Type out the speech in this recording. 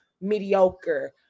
mediocre